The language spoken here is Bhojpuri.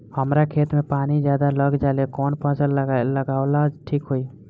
हमरा खेत में पानी ज्यादा लग जाले कवन फसल लगावल ठीक होई?